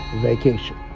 vacation